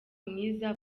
mwiza